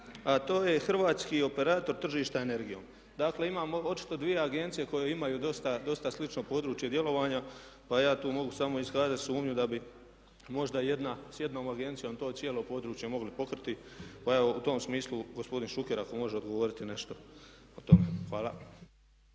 a to je Hrvatski operator tržišta energijom. Dakle, imamo očito dvije agencije koje imaju dosta slično područje djelovanja pa ja tu mogu samo iskazati sumnju da bi možda s jednom agencijom to cijelo područje mogli pokriti. Pa evo u tom smislu gospodin Šuker ako može odgovoriti nešto o tome. Hvala.